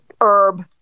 herb